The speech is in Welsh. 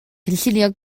cynllunio